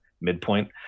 midpoint